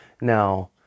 Now